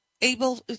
able